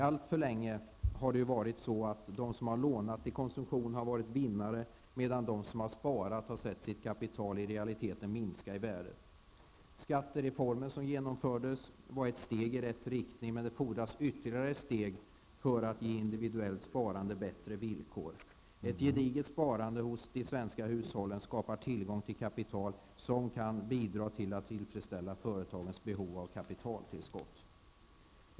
Alltför länge har de som lånat till konsumtion varit vinnare medan de som har sparat i realiteten har sett sitt kapital minska i värde. Den skattereform som genomfördes var ett steg i rätt riktning, men det fordras ytterligare steg för att ge individuellt sparande bättre villkor. Ett gediget sparande hos de svenska hushållen skapar tillgång till kapital, som kan bidra till att tillfredsställa företagens behov av kapitaltillskott.